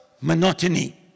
monotony